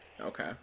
Okay